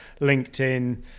LinkedIn